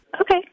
Okay